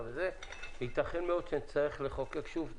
ייתכן מאוד שנצטרך לחוקק שוב.